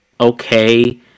okay